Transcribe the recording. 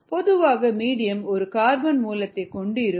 பொதுவாக மீடியம் ஒரு கார்பன் மூலத்தைக் கொண்டு இருக்கும்